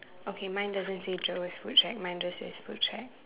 okay mine doesn't say jewels food shack mine just says food shack